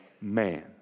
man